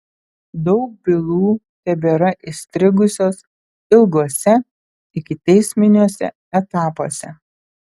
daug bylų tebėra įstrigusios ilguose ikiteisminiuose etapuose